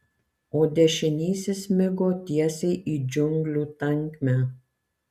o dešinysis smigo tiesiai į džiunglių tankmę